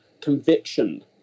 conviction